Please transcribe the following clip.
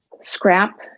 scrap